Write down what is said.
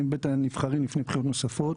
כאן בבית הנבחרים לפני בחירות נוספות.